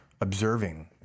observing